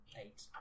eight